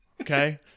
okay